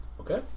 Okay